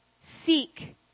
seek